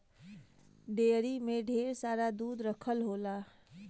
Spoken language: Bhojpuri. डेयरी में ढेर सारा दूध रखल होला